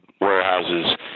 warehouses